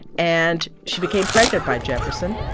and she became pregnant by jefferson,